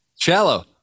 Shallow